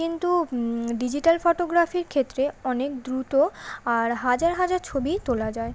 কিন্তু ডিজিটাল ফটোগ্রাফির ক্ষেত্রে অনেক দ্রুত আর হাজার হাজার ছবি তোলা যায়